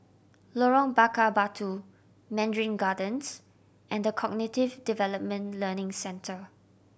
Lorong Bakar Batu Mandarin Gardens and The Cognitive Development Learning Centre